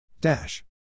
Dash